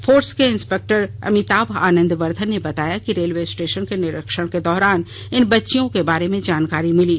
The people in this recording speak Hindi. फोर्स के इन्स्पेक्टर अमिताभ आनंद वर्धन ने बताया कि रेलवे स्टेशन के निरीक्षण के दौरान इन बच्चियों के बारे में जानकारी मिली